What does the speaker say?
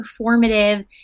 performative